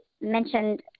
mentioned